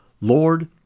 Lord